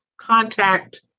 contact